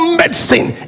medicine